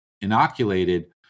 inoculated